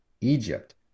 Egypt